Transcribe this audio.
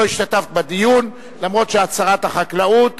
לא השתתפת בדיון למרות שאת שרת החקלאות,